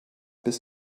bis